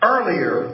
Earlier